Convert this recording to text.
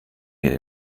mir